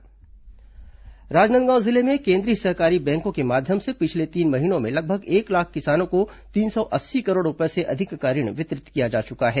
किसान ऋण राजनांदगांव जिले में केंद्रीय सहकारी बैंकों के माध्यम से पिछले तीन महीनों में लगभग एक लाख किसानों को तीन सौ अस्सी करोड़ रूपये से अधिक का ऋण वितरित किया जा चुका है